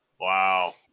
wow